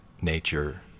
nature